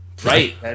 right